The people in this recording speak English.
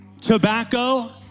tobacco